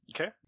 Okay